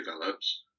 develops